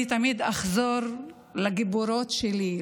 אני תמיד אחזור לגיבורות שלי,